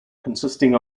consisting